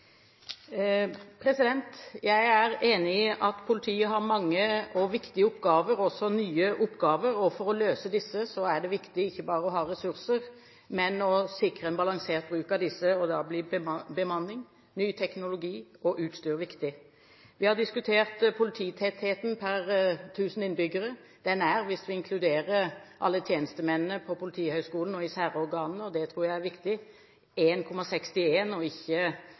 Jeg er enig i at politiet har mange og viktige oppgaver, også nye oppgaver. For å løse disse er det viktig ikke bare å ha ressurser, men å sikre en balansert bruk av dem. Da blir bemanning, ny teknologi og utstyr viktig. Vi har diskutert polititettheten per 1 000 innbyggere. Den er, hvis vi inkluderer alle tjenestemennene på Politihøgskolen og i særorganene – og det tror jeg er viktig – på 1,61, og ikke